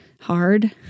hard